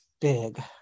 big